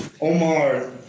Omar